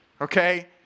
okay